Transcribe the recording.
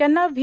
त्यांना व्ही